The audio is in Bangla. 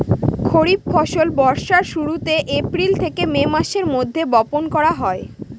খরিফ ফসল বর্ষার শুরুতে, এপ্রিল থেকে মে মাসের মধ্যে, বপন করা হয়